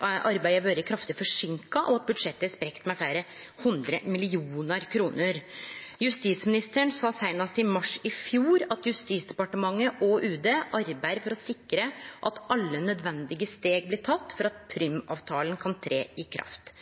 arbeidet har vore kraftig forseinka, og at budsjettet har sprokke med fleire hundre millionar kroner. Justisministeren sa seinast i mars i fjor at Justisdepartementet og Utanriksdepartementet arbeider for å sikre at alle nødvendige steg blir tekne for at